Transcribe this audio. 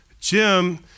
Jim